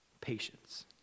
Patience